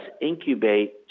incubate